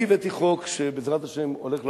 אני הבאתי חוק שבעזרת השם הולך לעבור,